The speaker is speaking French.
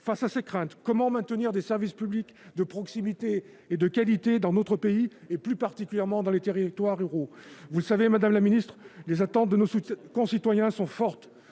Face à ces craintes, comment maintenir des services publics de proximité et de qualité dans notre pays, plus particulièrement dans les territoires ruraux ? Les attentes de nos concitoyens sont fortes.